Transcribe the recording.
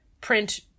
print